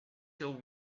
till